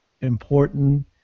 important